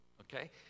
Okay